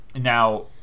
Now